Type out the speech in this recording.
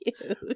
cute